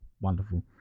wonderful